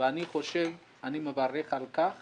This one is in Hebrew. אני מברך על כך